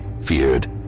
feared